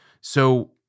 So-